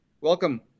Welcome